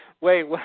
Wait